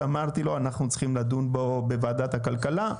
ואמרתי לו שאנחנו צריכים לדון בו בוועדת הכלכלה,